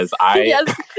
Yes